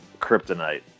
kryptonite